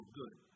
good